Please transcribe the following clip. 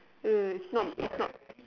wait wait wait it's not it's not